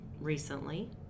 recently